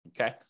Okay